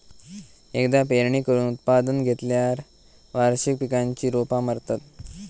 एकदा पेरणी करून उत्पादन घेतल्यार वार्षिक पिकांची रोपा मरतत